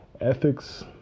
ethics